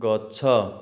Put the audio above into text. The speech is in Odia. ଗଛ